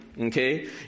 Okay